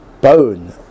bone